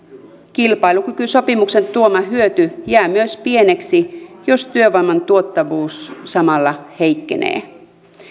kilpailukykysopimuksen tuoma hyöty jää myös pieneksi jos työvoiman tuottavuus samalla heikkenee